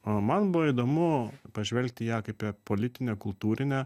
o man buvo įdomu pažvelgti į ją kaip į politinę kultūrinę